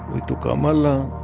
we took ramallah.